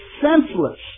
senseless